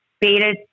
beta